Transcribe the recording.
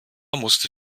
musste